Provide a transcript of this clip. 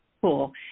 Cool